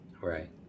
right